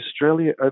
Australia